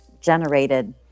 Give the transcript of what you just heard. generated